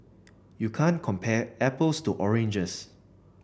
you can't compare apples to oranges